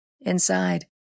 Inside